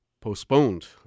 postponed